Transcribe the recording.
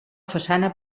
façana